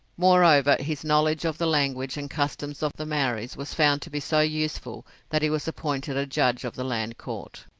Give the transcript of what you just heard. moreover, his knowledge of the language and customs of the maoris was found to be so useful that he was appointed a judge of the land court.